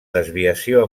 desviació